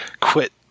quit